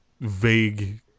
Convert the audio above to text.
vague